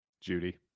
Judy